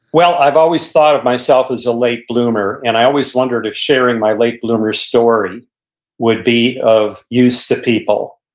well, i've always thought of myself as a late bloomer and i always wondered if sharing my late bloomer story would be of use to people.